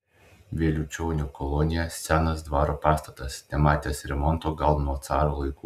vėliučionių kolonija senas dvaro pastatas nematęs remonto gal nuo caro laikų